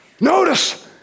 Notice